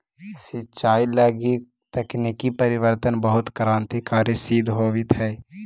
सिंचाई लगी तकनीकी परिवर्तन बहुत क्रान्तिकारी सिद्ध होवित हइ